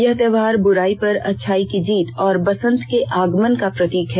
यह त्यौहार बुराई पर अच्छाई की जीत और बसंत के आगमन का प्रतीक है